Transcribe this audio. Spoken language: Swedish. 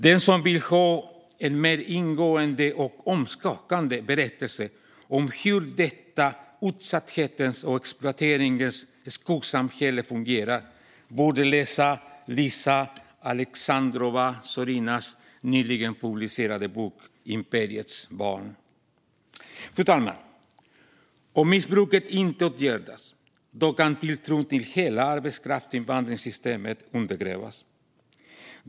Den som vill ta del av en mer ingående och omskakande berättelse om hur detta utsatthetens och exploateringens skuggsamhälle fungerar borde läsa Liza Alexandrova-Zorinas nyligen publicerade bok Imperiets barn . Fru talman! Om missbruket inte åtgärdas kan tilltron till hela arbetskraftsinvandringssystemet undergrävas.